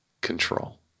control